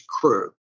crew